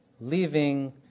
leaving